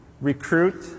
recruit